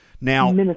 Now